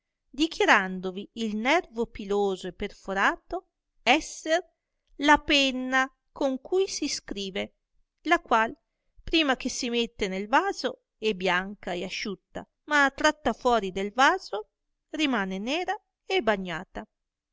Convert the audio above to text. isponerò dichiarandovi il nervo piloso e perforato esser la penna con cui si scrive la qual prima che si mette nel vaso è bianca e asciutta ma tratta fuori del vaso rimane nera e bagnata